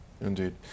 Indeed